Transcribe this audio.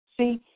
See